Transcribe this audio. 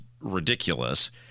ridiculous